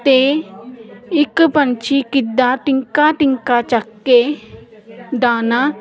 ਅਤੇ ਇੱਕ ਪੰਛੀ ਕਿੱਦਾਂ ਤਿਨਕਾ ਤਿਨਕਾ ਚੁੱਕ ਕੇ ਦਾਣਾ